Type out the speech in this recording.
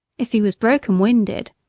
if he was broken-winded,